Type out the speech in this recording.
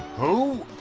who?